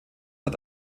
hat